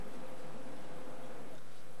להעביר את הצעת חוק העונשין (תיקון מס'